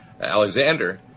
Alexander